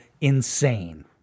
insane